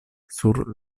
sur